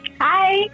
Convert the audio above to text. Hi